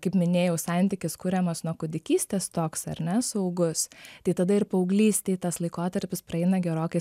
kaip minėjau santykis kuriamas nuo kūdikystės toks ar ne saugus tai tada ir paauglystėj tas laikotarpis praeina gerokai